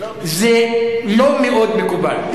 זה לא מאוד מקובל.